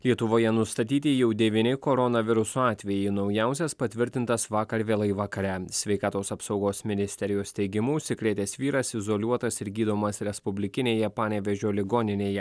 lietuvoje nustatyti jau devyni koronaviruso atvejai naujausias patvirtintas vakar vėlai vakare sveikatos apsaugos ministerijos teigimu užsikrėtęs vyras izoliuotas ir gydomas respublikinėje panevėžio ligoninėje